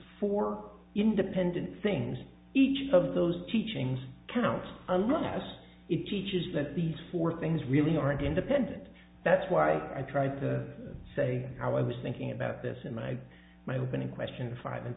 four independent things each of those teachings counts unless it teaches that these four things really aren't independent that's why i tried to say how i was thinking about this in my my opening question five and